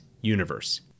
universe